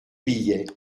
billet